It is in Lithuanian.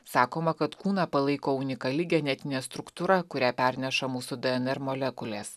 sakoma kad kūną palaiko unikali genetinė struktūra kurią perneša mūsų dnr molekulės